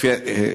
כן.